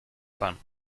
fun